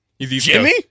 Jimmy